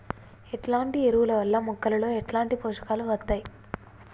ఎట్లాంటి ఎరువుల వల్ల మొక్కలలో ఎట్లాంటి పోషకాలు వత్తయ్?